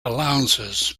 allowances